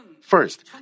First